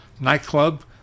nightclub